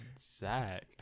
Zach